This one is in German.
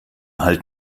halt